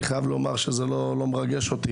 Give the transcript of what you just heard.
אני חייב לומר שזה לא מרגש אותי.